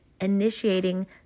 initiating